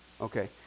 okay